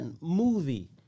movie